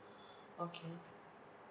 okay